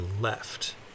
left